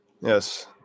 Yes